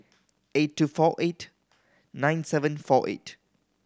eight two four eight nine seven four eight